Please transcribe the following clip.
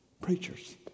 Preachers